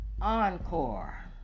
Encore